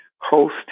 host